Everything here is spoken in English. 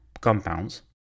compounds